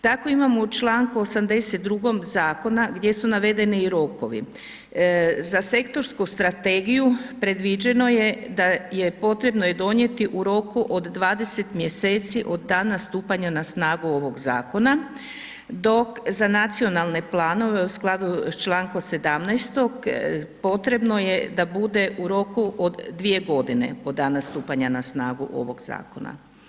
Tako imamo u čl. 82. zakona gdje su navedeni i rokovi, za sektorsku strategiju predviđeno je da je i potrebno donijeti u roku od 20. mjeseci od dana stupanja na snagu ovog zakona, dok za nacionalne planove u skladu sa čl. 17. potrebno je da bude u roku od 2 godine od dana stupanja na snagu ovog zakona.